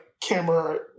camera